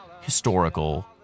historical